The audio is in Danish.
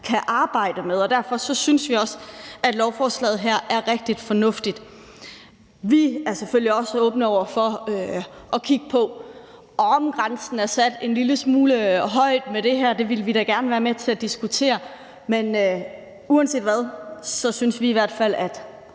kan arbejde med, og derfor synes vi også, lovforslaget her er rigtig fornuftigt. Vi er selvfølgelig også åbne over for at kigge på, om grænsen er sat en lille smule højt med det her; det vil vi da gerne være med til at diskutere. Men uanset hvad har vi det i hvert fald